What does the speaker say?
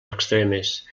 extremes